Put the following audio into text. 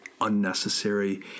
unnecessary